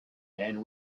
and